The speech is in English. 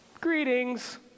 greetings